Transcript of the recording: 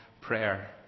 prayer